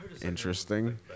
interesting